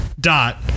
Dot